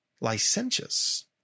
licentious